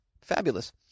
Fabulous